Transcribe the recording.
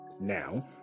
now